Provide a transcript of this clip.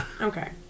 Okay